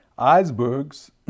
Icebergs